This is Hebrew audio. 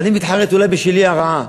ואני מתחרט, אולי בשלי הרעה.